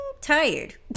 tired